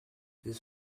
this